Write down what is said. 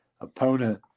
opponent